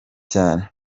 cyane